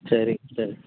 சரி சிஸ்டர்